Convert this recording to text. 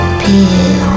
peel